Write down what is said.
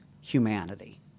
humanity